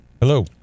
hello